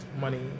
money